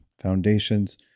foundations